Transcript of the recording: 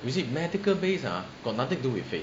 you see medical base ah got nothing to do with faith